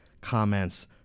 comments